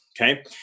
Okay